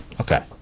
Okay